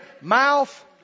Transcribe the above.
Mouth